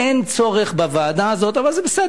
אין צורך בוועדה הזאת, אבל זה בסדר.